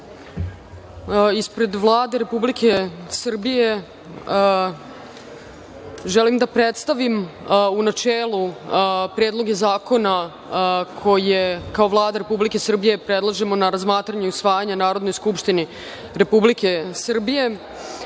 ispred Vlade Republike Srbije želim da predstavim u načelu predloge zakona koje kao Vlada Republike Srbije predlažemo na razmatranje i usvajanje u Narodnoj skupštini Republike Srbije. Važno